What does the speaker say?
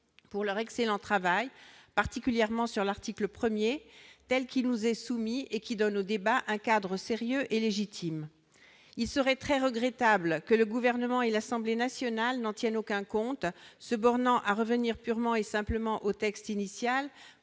pour leur excellent travail, en particulier sur l'article 1 tel qu'il nous est soumis, qui donne au débat un cadre sérieux et légitime. Il serait très regrettable que le Gouvernement et l'Assemblée nationale n'en tiennent aucun compte, se bornant à revenir purement et simplement au texte initial,